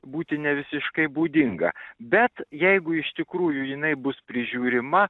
būti ne visiškai būdinga bet jeigu iš tikrųjų jinai bus prižiūrima